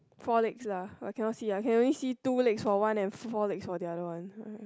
four legs lah I cannot see I can only see two legs for one and four legs for the other one